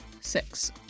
Six